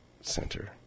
Center